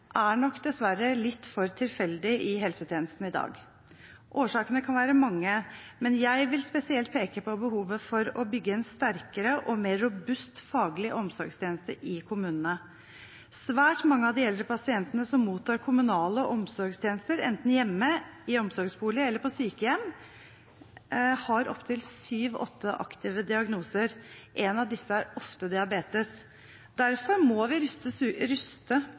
er nok dessverre litt for tilfeldig i helsetjenesten i dag. Årsakene kan være mange, men jeg vil spesielt peke på behovet for å bygge en sterkere og mer robust faglig omsorgstjeneste i kommunene. Svært mange av de eldre pasientene som mottar kommunale omsorgstjenester, enten hjemme, i omsorgsbolig eller på sykehjem, har opp til syv–åtte aktive diagnoser. En av disse er ofte diabetes. Derfor må vi